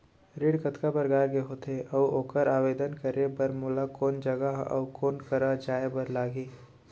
ऋण कतका प्रकार के होथे अऊ ओखर आवेदन करे बर मोला कोन जगह अऊ कोन करा जाए बर लागही?